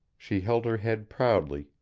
she held her head proudly,